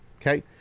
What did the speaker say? Okay